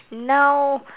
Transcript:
now